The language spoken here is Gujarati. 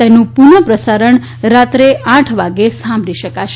તેનું પુનઃ પ્રસારણ રાત્રે આઠ વાગે સાંભળી શકાશે